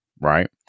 right